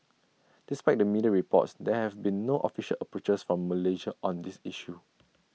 despite the media reports there have been no official approaches from Malaysia on this issue